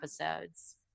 episodes